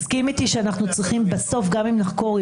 בעצם מפסיד חקירה של תיק.